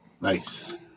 Nice